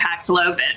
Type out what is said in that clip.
Paxlovid